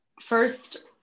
first